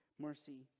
mercy